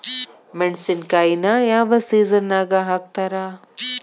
ಮೆಣಸಿನಕಾಯಿನ ಯಾವ ಸೇಸನ್ ನಾಗ್ ಹಾಕ್ತಾರ?